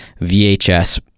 VHS